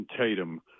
Tatum